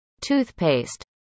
Toothpaste